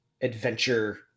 adventure